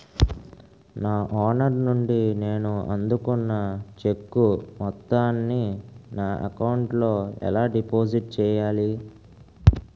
నా ఓనర్ నుండి నేను అందుకున్న చెక్కు మొత్తాన్ని నా అకౌంట్ లోఎలా డిపాజిట్ చేయాలి?